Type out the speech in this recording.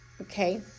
Okay